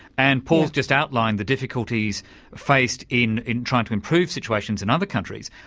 and paul's just outlined the difficulties faced in in trying to improve situations in other countries.